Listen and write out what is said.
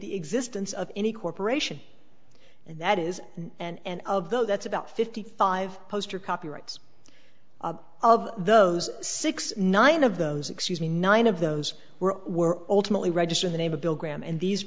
the existence of any corporation and that is and of though that's about fifty five poster copyrights of those six nine of those excuse me nine of those were were alternately registered the name of bill graham and these